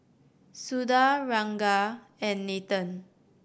Suda Ranga and Nathan